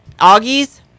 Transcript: Augie's